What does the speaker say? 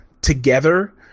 together